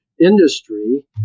industry